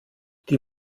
die